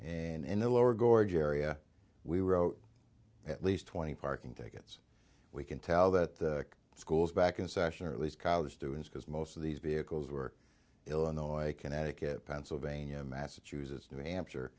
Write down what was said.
and in the lower gorge area we wrote at least twenty parking tickets we can tell that the schools back in session or at least college students because most of these vehicles were illinois connecticut pennsylvania massachusetts new hampshire